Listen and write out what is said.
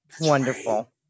wonderful